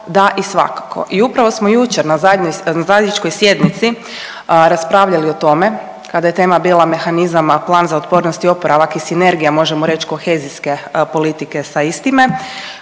da i svakako i upravo smo jučer na zajedničkoj sjednici raspravljali o tome kada je tema bila mehanizama Plan za otpornost i oporavak i sinergija možemo reć kohezijske politike sa istime,